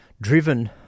driven